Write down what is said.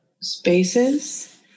spaces